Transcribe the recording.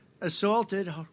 assaulted